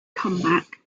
comeback